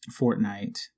fortnite